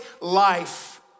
life